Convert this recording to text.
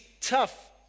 tough